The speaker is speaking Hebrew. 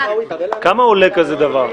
כמה עולה כזה דבר?